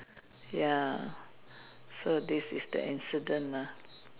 ya so this is the incident lah